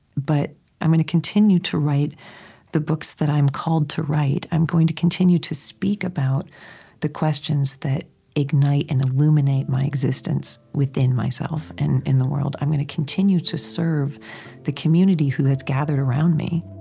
but i'm going to continue to write the books that i'm called to write. i'm going to continue to speak about the questions that ignite and illuminate my existence within myself and in the world. i'm going to continue to serve the community who has gathered around me